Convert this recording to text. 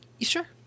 Sure